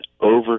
over